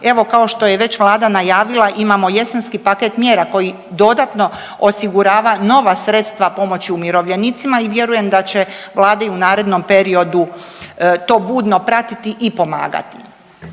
Evo, kao što je već vlada najavila imamo jesenski paket mjera koji dodatno osigurava nova sredstva pomoći umirovljenicima i vjerujem da će vlada i u narednom periodu to budno pratiti i pomagati.